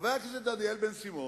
חבר הכנסת דניאל בן-סימון,